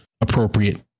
appropriate